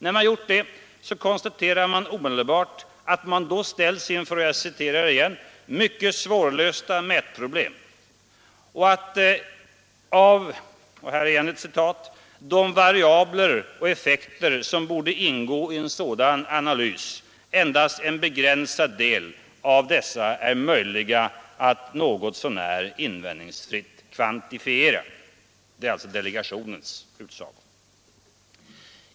När man gjort det konstaterar man omedelbart att man ställs inför ”mycket svårlösta mätproblem” och att ”av de variabler och effekter som borde ingå i en sådan analys ——— endast en begränsad del av dessa är möjlig att något så när invändningsfritt kvantifiera”. Det är alltså delegationens utsaga.